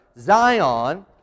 Zion